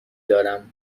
دارم